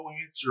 answer